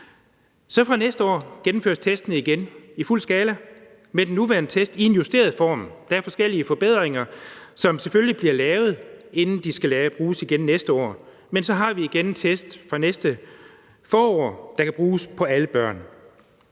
Fra næste år gennemføres testene igen i fuld skala med den nuværende test i en justeret form. Der er forskellige forbedringer, som selvfølgelig bliver lavet, inden den skal bruges igen næste år. Men så har vi igen en test fra næste forår, der kan bruges på alle børn.